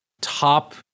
top